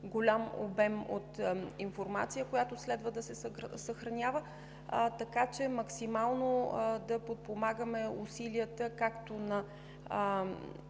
голям обем от информация, която следва да се съхранява, така че максимално да подпомагаме усилията както на